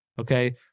Okay